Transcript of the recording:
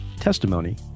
testimony